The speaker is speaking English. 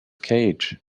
cage